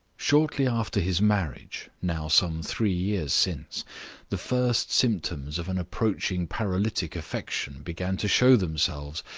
shortly after his marriage now some three years since the first symptoms of an approaching paralytic affection began to show themselves,